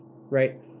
right